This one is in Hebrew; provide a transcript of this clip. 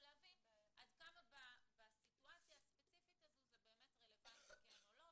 ולהבין עד כמה בסיטואציה הספציפית הזו זה כן רלבנטי כן או לא,